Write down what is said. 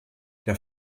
der